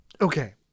Okay